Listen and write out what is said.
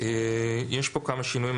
יש בו כמה שינויים.